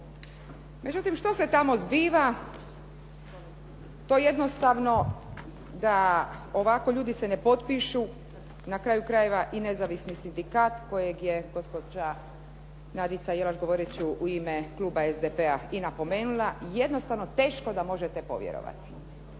Međutim, što se tamo zbiva, to jednostavno da ovako ljudi se ne potpišu, na kraju krajeva i nezavisni sindikat kojeg je gospođa Nadica Jelaš govoreći u ime kluba SDP-a i napomenula, jednostavno teško da možete povjerovati.